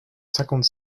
cinquante